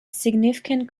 significant